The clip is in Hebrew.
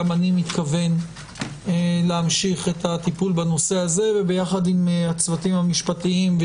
גם אני מתכוון להמשיך את הטיפול בנושא הזה וביחד עם הצוותים המשפטיים,